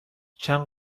چند